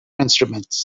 instruments